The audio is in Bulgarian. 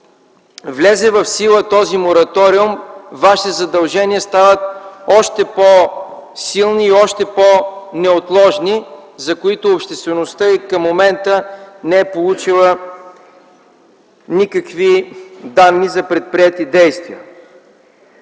влезе в сила този мораториум, Вашите задължения стават още по-силни и още по-неотложни, за които обществеността и до момента не е получила никакви данни за предприети действия.